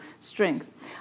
strength